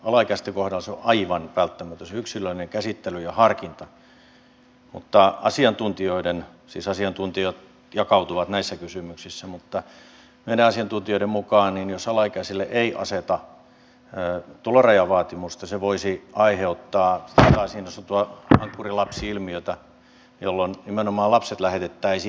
alaikäisten kohdalla yksilöllinen käsittely ja harkinta ovat aivan välttämättömiä mutta meidän asiantuntijoidemme siis asiantuntijat jakautuvat näissä kysymyksissä mukaan on niin että jos alaikäisille ei aseteta tulorajavaatimusta se voisi aiheuttaa niin sanottua ankkurilapsi ilmiötä jolloin nimenomaan lapset lähetettäisiin ensin